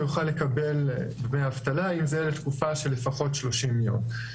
יוכל לקבל דמי אבטלה אם זה לתקופה של לפחות 30 יום.